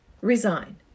resign